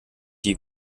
die